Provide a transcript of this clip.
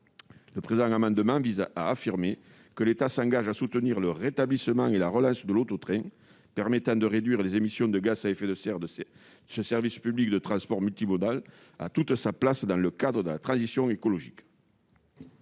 Cet amendement tend à affirmer que l'État s'engage à soutenir le rétablissement et la relance de l'auto-train permettant de réduire les émissions de gaz à effet de serre de ce service public de transport multimodal, qui a toute sa place dans le cadre de la transition écologique.